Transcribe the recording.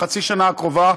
בחצי השנה הקרובה,